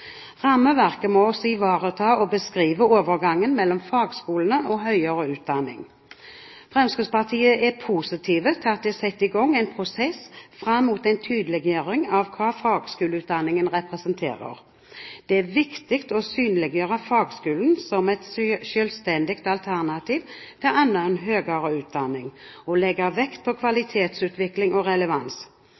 Rammeverket må også ivareta og beskrive overgangen mellom fagskolene og høyere utdanning. Fremskrittspartiet er positiv til at det er satt i gang en prosess fram mot en tydeliggjøring av hva fagskoleutdanning representerer. Det er viktig å synliggjøre fagskolen som et selvstendig alternativ til annen høyere utdanning og legge vekt på kvalitetsutvikling og relevans.